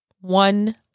One